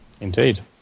Indeed